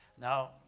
Now